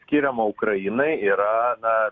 skiriamo ukrainai yra na